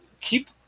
keep